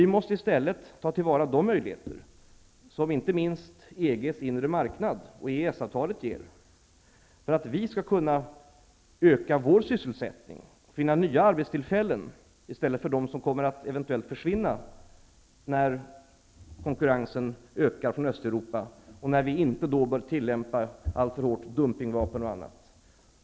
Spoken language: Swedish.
Vi måste i stället ta till vara de möjligheter som inte minst EG:s inre marknad och EES-avtalet ger, för att öka vår sysselsättning och finna nya arbetstillfällen i stället för dem som eventuellt kommer att försvinna när konkurrensen från Östeuropa ökar. Då bör vi inte alltför hårt tillämpa dumpingvapen och annat.